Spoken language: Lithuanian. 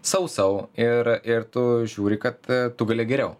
sau sau ir ir tu žiūri kad tu gali geriau